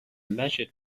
measured